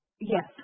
Yes